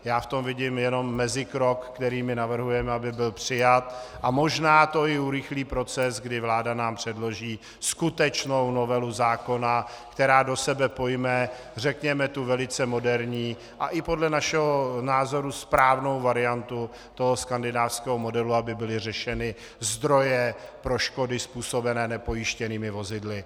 Já v tom vidím jednom mezikrok, který my navrhujeme, aby byl přijat, a možná to i urychlí proces, kdy vláda nám předloží skutečnou novelu zákona, která do sebe pojme, řekněme, tu velice moderní a i podle našeho názoru správnou variantu toho skandinávského modelu, aby byly řešeny zdroje pro škody způsobené nepojištěnými vozidly.